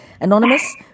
Anonymous